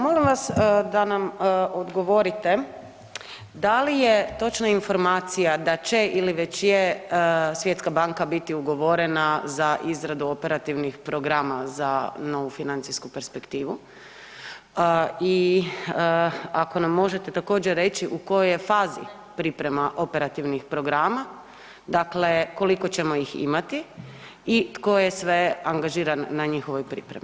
Molim vas da nam odgovorite da li je točna informacija da će ili već je Svjetska banka biti ugovorena za izradu operativnih programa za novu financijsku perspektivu i ako nam možete također reći u kojoj je fazi priprema operativnih programa, koliko ćemo ih imati i tko je sve angažiran na njihovoj pripremi?